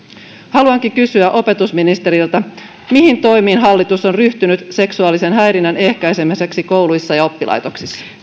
haluankin kysyä opetusministeriltä mihin toimiin hallitus on ryhtynyt seksuaalisen häirinnän ehkäisemiseksi kouluissa ja oppilaitoksissa